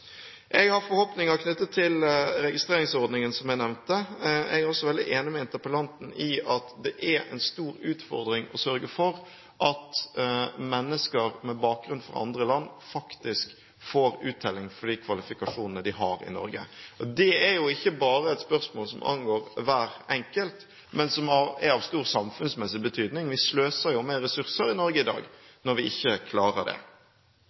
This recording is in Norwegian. Jeg har forhåpninger knyttet til registreringsordningen, som jeg nevnte. Jeg er også veldig enig med interpellanten i at det er en stor utfordring å sørge for at mennesker med bakgrunn fra andre land faktisk får uttelling for de kvalifikasjonene de har i Norge. Det er jo ikke bare et spørsmål som angår hver enkelt, men et spørsmål som er av stor samfunnsmessig betydning. Vi sløser jo med ressurser i Norge i dag når vi ikke klarer det.